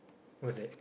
or that